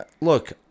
look